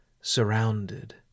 surrounded